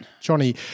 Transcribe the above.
Johnny